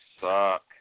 suck